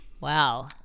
wow